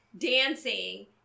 dancing